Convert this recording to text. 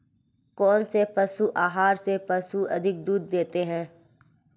कौनसे पशु आहार से पशु अधिक दूध देते हैं?